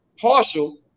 partial